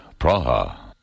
Praha